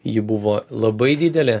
ji buvo labai didelė